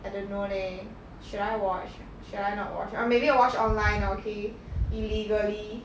I don't know leh should I watch should I not watch or maybe I watch online ah okay illegally